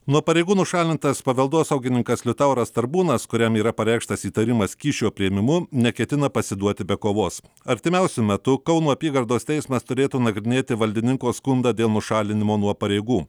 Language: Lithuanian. nuo pareigų nušalintas paveldosaugininkas liutauras tarbūnas kuriam yra pareikštas įtarimas kyšio priėmimu neketina pasiduoti be kovos artimiausiu metu kauno apygardos teismas turėtų nagrinėti valdininko skundą dėl nušalinimo nuo pareigų